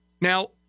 Now